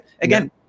again